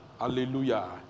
Hallelujah